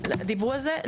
דיברו על זה?